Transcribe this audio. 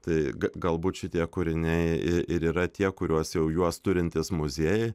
tai galbūt šitie kūriniai ir yra tie kuriuos jau juos turintys muziejai